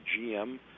GM